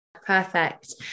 perfect